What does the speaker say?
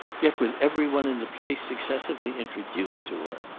yet with every one in the place successively introduced to her.